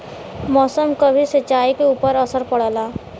मौसम क भी सिंचाई के ऊपर असर पड़ला